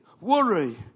worry